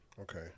Okay